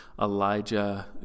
Elijah